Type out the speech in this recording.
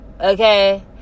okay